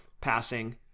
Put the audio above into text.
passing